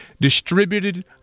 distributed